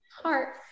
Heart